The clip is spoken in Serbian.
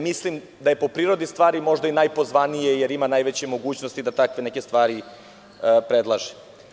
Mislim da je po prirodi stvari možda i najpozvanije, jer ima najveće mogućnosti da takve neke stvari predlaže.